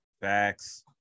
Facts